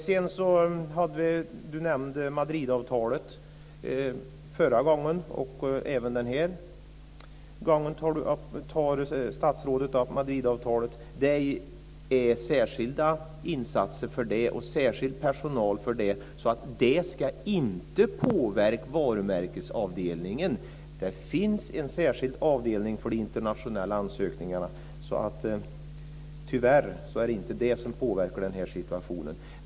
Förra gången nämnde statsrådet Madridavtalet och även den här gången tar statsrådet upp det. Men det är särskilda insatser och särskild personal för det, så det ska inte påverka varumärkesavdelningen. Det finns en särskild avdelning för internationella ansökningar. Tyvärr är det inte det som påverkar situationen.